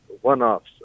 one-offs